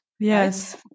Yes